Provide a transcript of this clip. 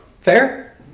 Fair